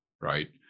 right